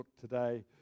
today